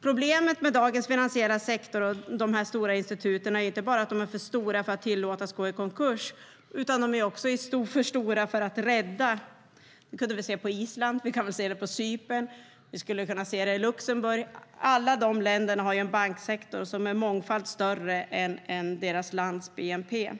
Problemet med dagens finansiella sektor och de stora instituten är inte bara att de är för stora för att tillåtas gå i konkurs, de är också "för stora för att rädda". Det kunde vi se på Island. Vi kan se det på Cypern. Vi skulle kunna se det i Luxemburg. Alla de länderna har ju en banksektor som är mångfalt större än deras bnp.